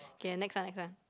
okay next one next one